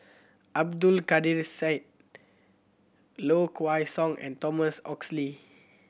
Abdul Kadir Syed Low Kway Song and Thomas Oxley